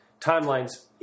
timelines